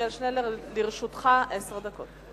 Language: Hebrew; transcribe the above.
עתניאל שנלר, לרשותך עשר דקות.